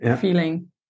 feeling